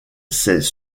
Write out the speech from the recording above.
ses